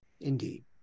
Indeed